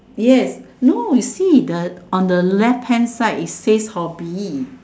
yes no you see the on the left hand side it says hobby